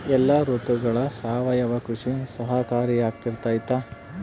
ಎಲ್ಲ ಋತುಗಳಗ ಸಾವಯವ ಕೃಷಿ ಸಹಕಾರಿಯಾಗಿರ್ತೈತಾ?